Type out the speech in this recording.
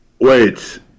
wait